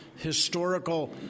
historical